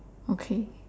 okay